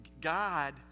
God